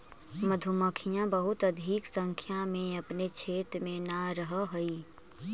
मधुमक्खियां बहुत अधिक संख्या में अपने क्षेत्र में न रहअ हई